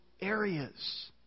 areas